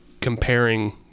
comparing